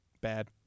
Bad